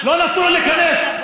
לא נתנו לו להיכנס.